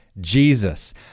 Jesus